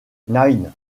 nine